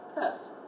Yes